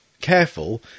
careful